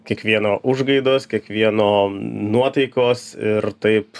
kiekvieno užgaidos kiekvieno nuotaikos ir taip